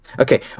Okay